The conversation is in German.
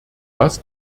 was